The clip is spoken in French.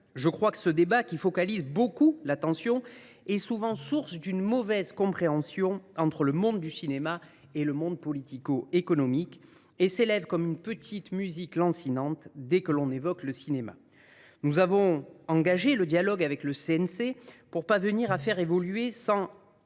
en aval. Ce débat, qui focalise beaucoup l’attention, est souvent source d’une mauvaise compréhension entre le monde du cinéma et le monde politico économique, et s’élève comme une petite musique lancinante dès que l’on évoque le cinéma. Nous avons engagé le dialogue avec le CNC pour parvenir à faire évoluer